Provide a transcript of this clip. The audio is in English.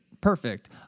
Perfect